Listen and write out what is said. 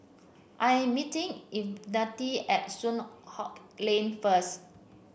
I am meeting Ivette at Soon Hock Lane first